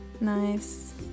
Nice